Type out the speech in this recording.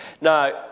Now